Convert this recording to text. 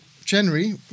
January